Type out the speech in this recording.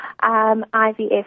IVF